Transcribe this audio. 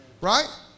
Right